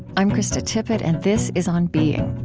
i'm krista tippett, and this is on being